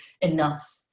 enough